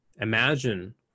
imagine